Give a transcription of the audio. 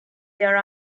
there